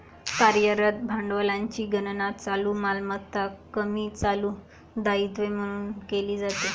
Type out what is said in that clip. कार्यरत भांडवलाची गणना चालू मालमत्ता कमी चालू दायित्वे म्हणून केली जाते